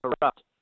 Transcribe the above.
corrupt